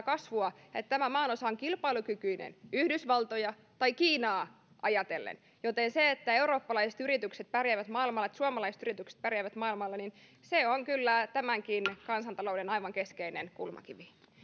kasvua ja että tämä maanosa on kilpailukykyinen yhdysvaltoja tai kiinaa ajatellen joten se että eurooppalaiset yritykset pärjäävät maailmalla että suomalaiset yritykset pärjäävät maailmalla on kyllä tämänkin kansantalouden aivan keskeinen kulmakivi